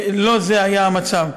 לא זה היה המצב.